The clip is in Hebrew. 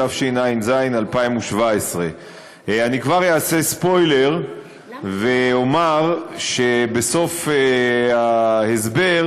התשע"ז 2017. אני כבר אעשה ספוילר ואומר שבסוף ההסבר,